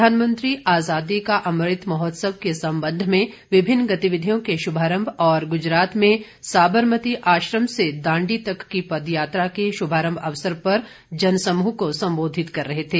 प्रधानमंत्री आजादी का अमृत महोत्सव के संबंध में विभिन्न गतिविधियों के शुभारंभ और गुजरात में साबरमती आश्रम से दांडी तक की पदयात्रा के शुभारम्भ अवसर पर जन समूह को संबोधित कर रहे थे